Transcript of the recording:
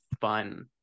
fun